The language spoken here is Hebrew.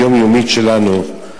היומיומית שלנו: